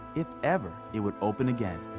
if ever it would open again.